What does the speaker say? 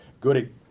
good